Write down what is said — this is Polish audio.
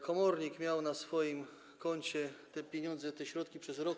Komornik miał na swoim koncie te pieniądze, te środki przez rok.